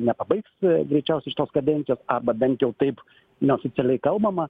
nepabaigs greičiausiai šitos kadencijos arba bent jau taip neoficialiai kalbama